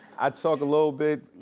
i talk a little bit.